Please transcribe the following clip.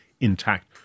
intact